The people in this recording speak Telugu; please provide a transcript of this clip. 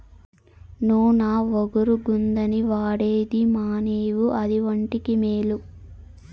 నూన ఒగరుగుందని వాడేది మానేవు అదే ఒంటికి మేలు